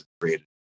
created